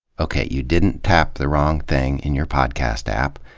okay, you didn't tap the wrong thing in your podcast app.